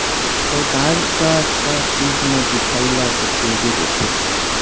सरकार का का चीज म दिखाही ला सब्सिडी देथे?